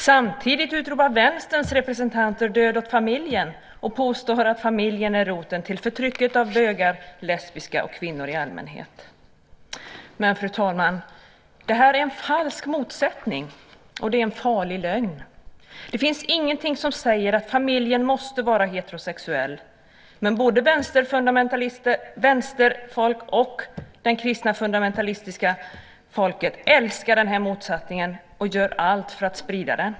Samtidigt utropar Vänsterns representanter "Död åt familjen" och påstår att familjen är roten till förtrycket av bögar och lesbiska och kvinnor i allmänhet. Men, fru talman, det här är en falsk motsättning, och det är en farlig lögn. Det finns ingenting som säger att familjen måste vara heterosexuell. Men både vänsteranhängare och det kristna fundamentalistiska folket älskar den här motsättningen och gör allt för att sprida den.